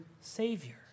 Savior